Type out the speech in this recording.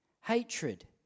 hatred